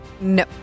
No